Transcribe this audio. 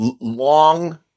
long